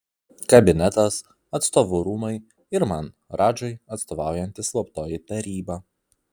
kabinetas atstovų rūmai ir man radžai atstovaujanti slaptoji taryba